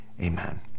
amen